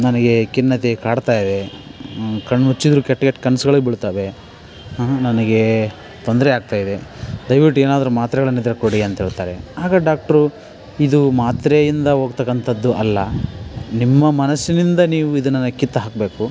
ನನಗೆ ಖಿನ್ನತೆ ಕಾಡ್ತಾಯಿದೆ ಕಣ್ಣುಮುಚ್ಚಿದರೂ ಕೆಟ್ಟ ಕೆಟ್ಟ ಕನಸುಗಳೇ ಬೀಳ್ತವೆ ಹಾಂ ನನಗೆ ತೊಂದರೆಯಾಗ್ತಾಯಿದೆ ದಯವಿಟ್ಟು ಏನಾದರು ಮಾತ್ರೆಗಳನ್ನಿದ್ದರೆ ಕೊಡಿ ಅಂತಹೇಳ್ತಾರೆ ಆಗ ಡಾಕ್ಟ್ರು ಇದು ಮಾತ್ರೆಯಿಂದ ಹೋಗ್ತಕ್ಕಂತದ್ದು ಅಲ್ಲ ನಿಮ್ಮ ಮನಸ್ಸಿನಿಂದ ನೀವು ಇದನ್ನ ಕಿತ್ತು ಹಾಕಬೇಕು